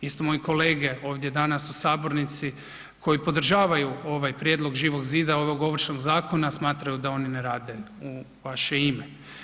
Isto moji kolege ovdje danas u sabornici koji podržavaju ovaj prijedlog Živog zida, ovog Ovršnog zakona smatraju da oni ne rade u vaše ime.